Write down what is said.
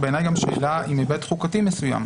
שאלה עם היבט חוקתי מסוים.